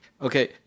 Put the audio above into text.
Okay